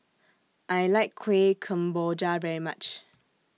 I like Kueh Kemboja very much